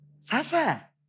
Sasa